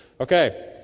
Okay